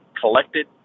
collected